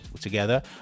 together